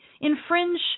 infringe